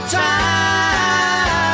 time